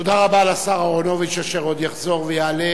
תודה רבה לשר אהרונוביץ, אשר עוד יחזור ויעלה